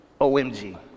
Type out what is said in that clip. OMG